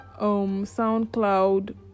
soundcloud